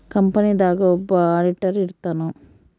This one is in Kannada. ಕಂಪನಿ ದಾಗ ಒಬ್ಬ ಆಡಿಟರ್ ಇರ್ತಾನ